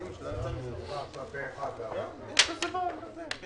חזרה בחוק יסודות התקציב על מה שיש בחוק היסוד.